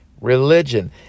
religion